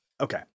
okay